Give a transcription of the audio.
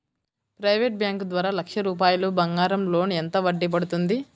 Private bank ద్వారా లక్ష రూపాయలు బంగారం లోన్ ఎంత వడ్డీ పడుతుంది?